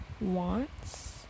wants